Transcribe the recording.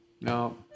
No